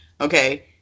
okay